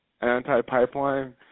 anti-pipeline